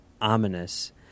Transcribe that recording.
ominous